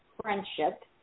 friendship